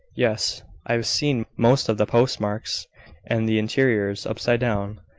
yes. i have seen most of the post-marks and the interiors upside down.